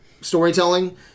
storytelling